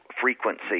frequency